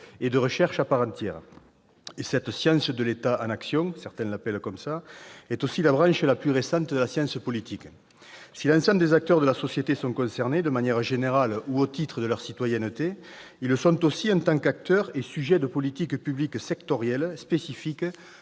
et de recherche à part entière. Cette « science de l'État en action », comme certains l'appellent, est aussi la branche la plus récente de la science politique. Si tous les acteurs de la société sont concernés de manière générale, au titre de leur citoyenneté, ils le sont aussi en tant qu'acteurs et sujets de politiques publiques sectorielles, spécifiques